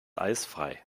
eisfrei